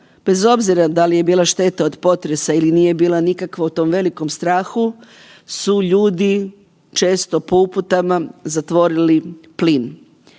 bez obzira da li je bila šteta od potresa ili nije bila nikakva, u tom velikom strahu su ljudi često po uputama zatvorili plin